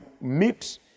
meet